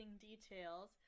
details